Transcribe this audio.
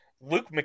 luke